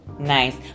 nice